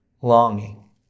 longing